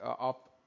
up